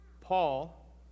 Paul